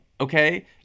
okay